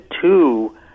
two